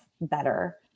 better